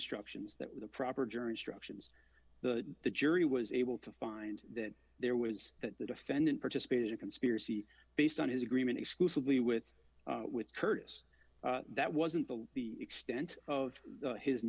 instructions that were the proper jury instructions the jury was able to find that there was that the defendant participated in a conspiracy based on his agreement exclusively with with curtis that wasn't the the extent of his